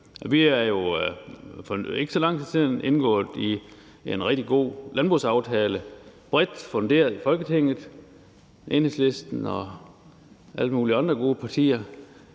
Vi har jo for ikke så lang tid siden indgået en rigtig god landbrugsaftale, bredt funderet i Folketinget. Enhedslisten og alle mulige andre gode partier